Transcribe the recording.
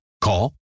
Call